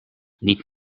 niet